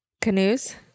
canoes